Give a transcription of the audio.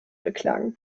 beklagen